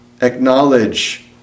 acknowledge